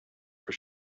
for